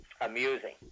amusing